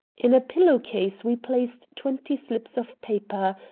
in a pillow-case we placed twenty slips of paper,